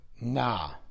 nah